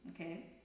Okay